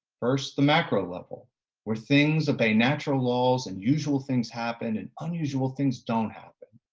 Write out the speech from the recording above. first, the macro level where things obey natural laws and usual things happen and unusual things don't happen,